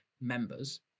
members